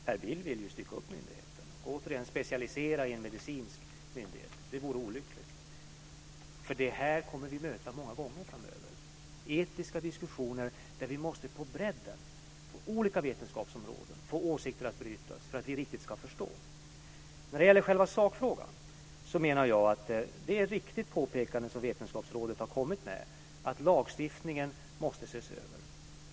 Per Bill vill ju stycka upp myndigheten och återigen specialisera den till en medicinsk myndighet. Det vore olyckligt. Vi kommer att möta etiska diskussioner många gånger framöver där vi på bredden, inom olika vetenskapsområden, måste få åsikter att brytas för att vi riktigt ska förstå. När det gäller själva sakfrågan är det ett riktigt påpekande som Vetenskapsrådet gör, att lagstiftningen måste ses över.